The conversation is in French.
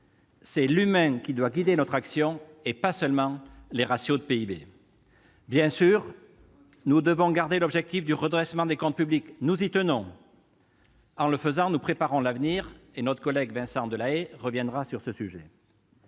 c'est l'humain qui doit guider notre action, et non pas seulement les ratios financiers. Bien sûr, nous devons conserver l'objectif du redressement des comptes publics ; nous y tenons, car c'est ainsi que nous préparons l'avenir ; mon collègue Vincent Delahaye reviendra sur ce sujet.